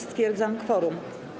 Stwierdzam kworum.